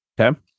Okay